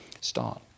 start